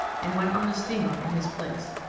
and went on the steamer in his place.